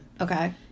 Okay